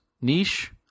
niche